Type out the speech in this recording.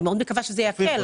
אני מאוד מקווה שזה יקל.